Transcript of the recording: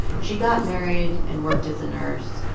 she got married and worked as a nurse,